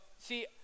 see